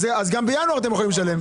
אז גם בינואר אתם יכולים לשלם.